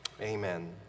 amen